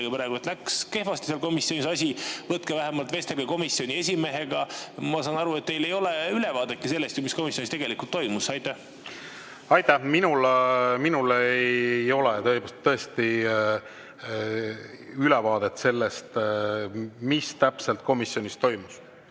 läks kehvasti seal komisjonis see asi, vähemalt vestelge komisjoni esimehega. Ma saan aru, et teil ei ole ülevaadetki sellest, mis komisjonis tegelikult toimus. Aitäh! Minul tõesti ei ole ülevaadet sellest, mis täpselt komisjonis toimus.